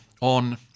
on